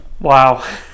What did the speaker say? Wow